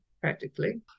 practically